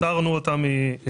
פטרנו אותם מהמסמך הזה.